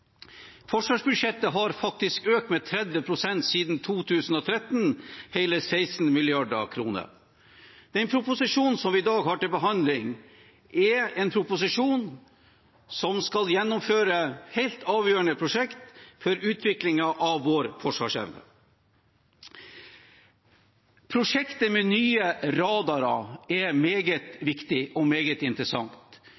Forsvarsbudsjettet har faktisk økt med 30 pst. siden 2013, – hele 16 mrd. kr. Proposisjonen vi i dag har til behandling, er en proposisjon for å gjennomføre helt avgjørende prosjekter for utviklingen av vår forsvarsevne. Prosjektet med nye radarer er